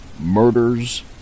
murders